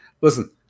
listen